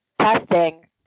testing